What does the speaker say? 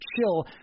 chill